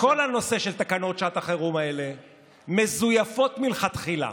כל הנושא של תקנות שעת החירום הזה מזויף מלכתחילה.